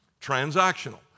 Transactional